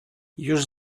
już